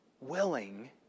willing